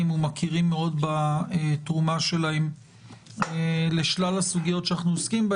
ומכירים מאוד בתרומה שלהם לשלל הסוגיות שבהן אנחנו עוסקים.